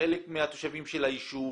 חלק מהתושבים של היישוב,